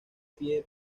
pie